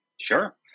Sure